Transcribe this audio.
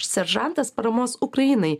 seržantas paramos ukrainai